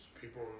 people